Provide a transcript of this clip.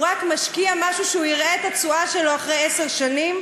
הוא רק משקיע משהו שהוא יראה את התשואה שלו אחרי עשר שנים.